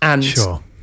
Sure